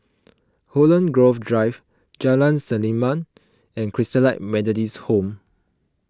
Holland Grove Drive Jalan Selimang and Christalite Methodist Home